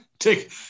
Take